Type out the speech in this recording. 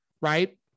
Right